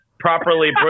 properly